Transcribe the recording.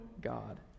God